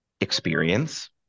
experience